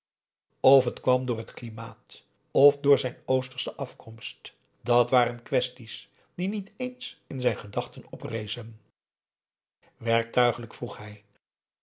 of het kwam door het klimaat of door zijn oostersche afkomst dat waren quaesties die niet eens in zijn gedachten oprezen werktuiglijk vroeg hij